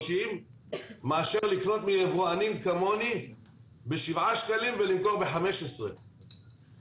מאשר לקנות מיבואנים כמוני ב-7 שקלים ולמכור ב-15 שקלים